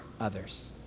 others